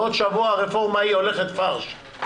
בעוד שבוע הרפורמה ההיא הולכת פארש,